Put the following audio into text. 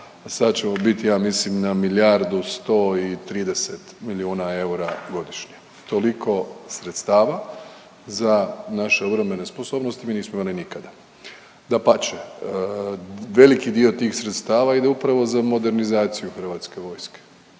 sad ćemo biti, ja mislim na milijardu 130 milijuna eura godišnje. Toliko sredstava za naše obrambene sposobnosti mi nismo imali nikada. Dapače, veliki dio tih sredstava ide upravo za modernizaciju Hrvatske vojske.